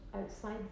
Outside